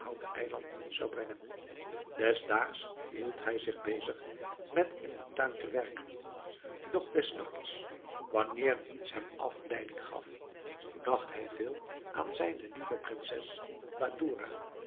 eiland zou brengen des daags hield hij zich bezig met in den tuin te werken doch des nachts wanneer niets hem afleiding gaf dacht hij veel aan zijne lieve prinses badoura